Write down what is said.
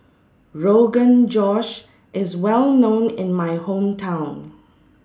Rogan Josh IS Well known in My Hometown